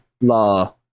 Law